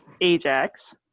Ajax